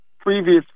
previous